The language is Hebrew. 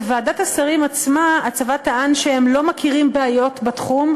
בוועדת השרים עצמה הצבא טען שהם לא מכירים בעיות בתחום,